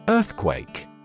Earthquake